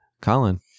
Colin